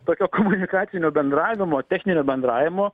tokio komunikacinio bendravimo techninio bendravimo